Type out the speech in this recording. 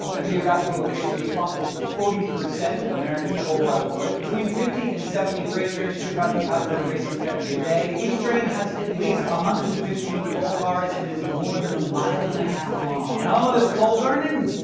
a geographical location responsible for forty percent of america's coal output. between fifty and seventy freight trains ship out of the powder river basin every day. each train has at least one hundred and fifteen coal cars and is more than a mile and a half long. and all of this coal burning,